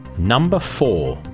number four.